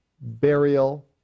burial